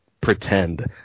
pretend